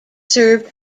served